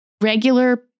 regular